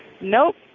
Nope